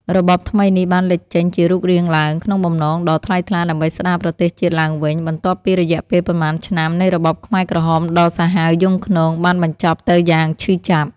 របបថ្មីនេះបានលេចចេញជារូបរាងឡើង ក្នុងបំណងដ៏ថ្លៃថ្លាដើម្បីស្ដារប្រទេសជាតិឡើងវិញ បន្ទាប់ពីរយៈពេលប៉ុន្មានឆ្នាំនៃរបបខ្មែរក្រហមដ៏សាហាវយង់ឃ្នងបានបញ្ចប់ទៅយ៉ាងឈឺចាប់។